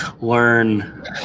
learn